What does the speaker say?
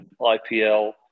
IPL